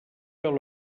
veu